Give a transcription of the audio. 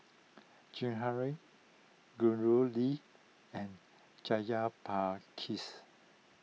Jehangirr Gauri and Jayaprakash